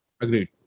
Agreed